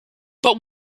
but